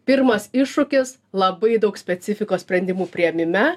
pirmas iššūkis labai daug specifikos sprendimų priėmime